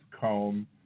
comb